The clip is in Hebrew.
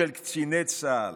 של קציני צה"ל,